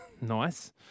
nice